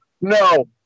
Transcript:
No